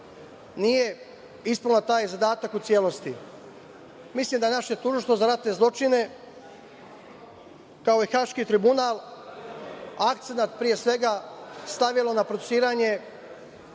nije ispunilo taj zadatak u celosti. Mislim da naše Tužilaštvo za ratne zločine, kao i Haški tribunal, akcenat, pre svega, stavilo na procesuiranje